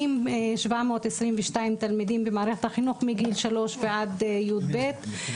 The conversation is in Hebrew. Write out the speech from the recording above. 40,722 תלמידים במערכת החינוך מגיל 3 ועד י"ב.